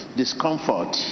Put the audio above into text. discomfort